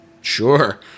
Sure